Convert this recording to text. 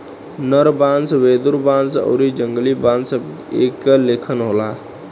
नर बांस, वेदुर बांस आउरी जंगली बांस सब एके लेखन होला